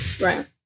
Right